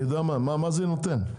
מה זה נותן?